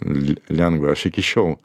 l lengva aš iki šiol